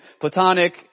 Platonic